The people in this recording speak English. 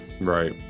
Right